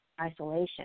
isolation